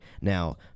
Now